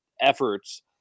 efforts